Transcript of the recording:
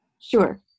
sure